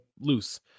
loose